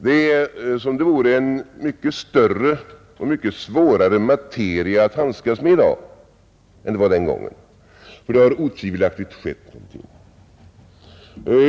Det är som om det vore en mycket större och mycket svårare materia att handskas med i dag än den gången.